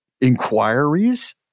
inquiries